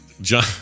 John